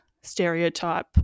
stereotype